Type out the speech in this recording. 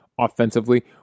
Offensively